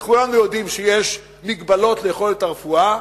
וכולנו יודעים שיש מגבלות ליכולת הרפואה,